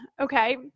okay